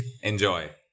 Enjoy